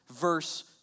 verse